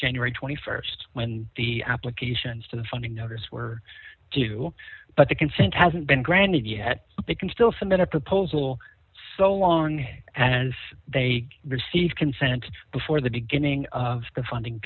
january st when the applications to the funding orders were to but the consent hasn't been granted yet they can still submit a proposal so long as they receive consent before the beginning of the funding